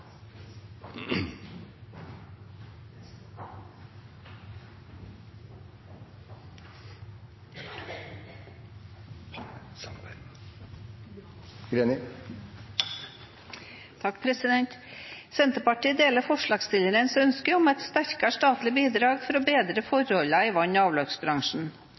samarbeid i fire år, og ønsker god sommer videre. Senterpartiet deler forslagsstillernes ønske om et sterkere statlig bidrag for å bedre forholdene i vann- og avløpsbransjen.